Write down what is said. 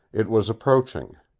it was approaching.